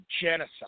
genocide